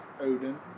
Odin